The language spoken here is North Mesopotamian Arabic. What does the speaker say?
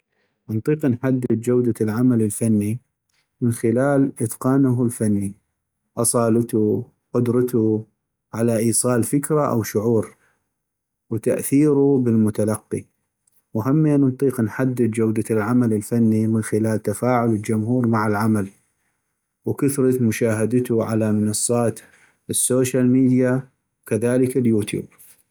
انطيق انحدد جودة العمل الفني من خلال إتقانه الفني، أصالتو ، قدرتو على إيصال فكرة أو شعور، وتأثيرو بالمتلقي ، وهمين انطيق نحدد جودة العمل الفني من خلال تفاعل الجمهور مع العمل ، وكثرة مشاهدتو على منصات السوشل ميديا وكذلك اليوتيوب.